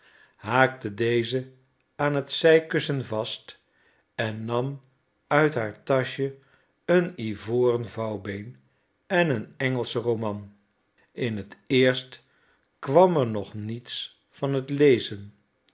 haakte deze aan het zijkussen vast en nam uit haar taschje een ivoren vouwbeen en een engelschen roman in het eerst kwam er nog niets van het lezen